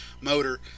motor